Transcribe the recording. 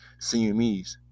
CMEs